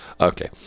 okay